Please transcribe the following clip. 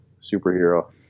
superhero